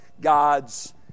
God's